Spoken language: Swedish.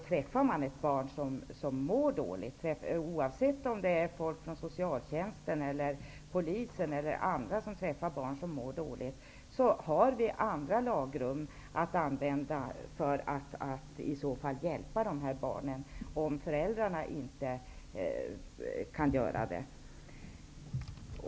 Träffar man ett barn som mår dåligt, oavsett om det är folk från Socialtjänsten eller Polisen eller andra som träffar barn som mår dåligt, finns det andra lagrum att tillämpa för att hjälpa dessa barn om inte föräldrarna har möjlighet att göra det.